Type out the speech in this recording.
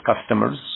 customers